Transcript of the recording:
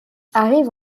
arrive